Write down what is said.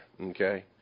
okay